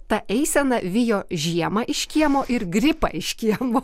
ta eisena vijo žiemą iš kiemo ir gripą iš kiemo